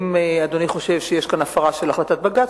אם אדוני חושב שיש כאן הפרה של החלטת בג"ץ,